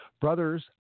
Brothers